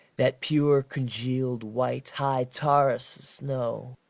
that pure congealed white, high taurus' snow,